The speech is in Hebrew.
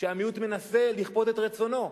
שהמיעוט מנסה לכפות את רצונו.